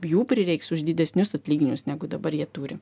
jų prireiks už didesnius atlyginimus negu dabar jie turi